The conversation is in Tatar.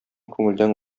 күңелдән